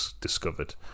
discovered